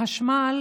לחשמל